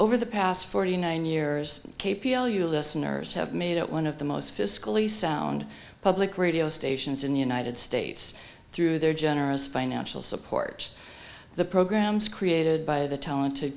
over the past forty nine years k p l u listeners have made it one of the most fiscally sound public radio stations in the united states through their generous financial support the programs created by the talent